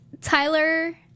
Tyler